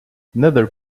nether